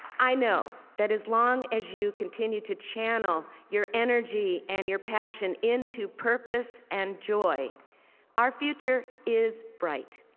i know that as long as you continue to channel your energy and your passion into purpose enjoy, our future is bright.